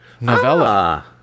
novella